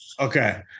Okay